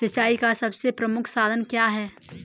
सिंचाई का सबसे प्रमुख साधन क्या है?